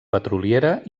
petroliera